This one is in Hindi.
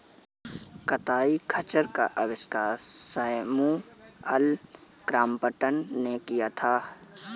कताई खच्चर का आविष्कार सैमुअल क्रॉम्पटन ने किया था